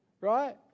right